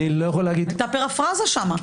הייתה פראפראזה שם.